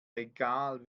egal